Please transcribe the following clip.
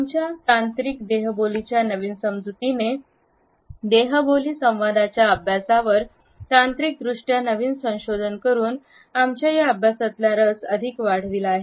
आमच्या तांत्रिक देहबोली च्या या नवीन समजुतीने देहबोली संवादाच्या अभ्यासावर तांत्रिकदृष्ट्या नवीन संशोधन करून आमच्या या या अभ्यासातला रस अधिक वाढला आहे